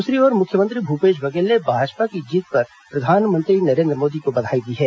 दूसरी ओर मुख्यमंत्री भूपेश बघेल ने भाजपा की जीत पर प्रधानमंत्री नरेन्द्र मोदी को बधाई दी है